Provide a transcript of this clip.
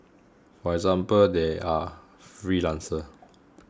for example they are freelancers